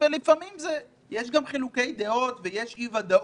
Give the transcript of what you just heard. לפעמים יש גם חילוקי דעות ויש אי ודאות,